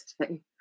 today